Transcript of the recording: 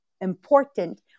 important